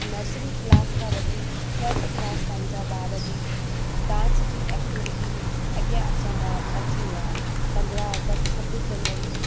nursery class खां वठी twelfth class ताईं जा ॿार बि डांस जी एक्टिविटी में अॻियां अचण वा अची विया आहिनि पंद्रहं अगस्त छबीस जनवरी